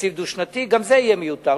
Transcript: תקציב דו-שנתי, גם זה יהיה מיותר.